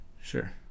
Sure